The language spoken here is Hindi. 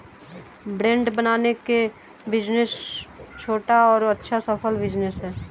ब्रेड बनाने का बिज़नेस छोटा और अच्छा सफल बिज़नेस है